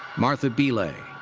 martha belay.